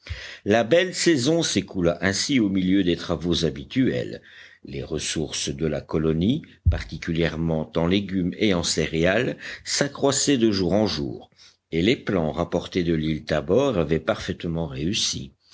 la belle saison s'écoula ainsi au milieu des travaux habituels les ressources de la colonie particulièrement en légumes et en céréales s'accroissaient de jour en jour et les plants rapportés de l'île tabor avaient parfaitement réussi